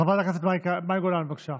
חברת הכנסת מאי גולן, בבקשה.